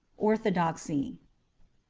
orthodoxy.